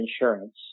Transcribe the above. insurance